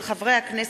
מאת חברי הכנסת